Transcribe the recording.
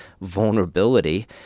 vulnerability